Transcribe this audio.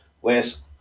Whereas